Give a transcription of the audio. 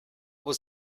was